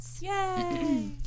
yay